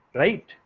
right